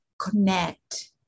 connect